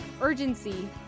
urgency